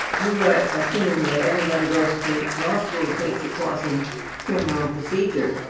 you are ah so i mean that everyone who goes to law school takes a course in criminal procedure,